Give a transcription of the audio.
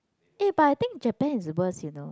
eh but I think Japan is worse you know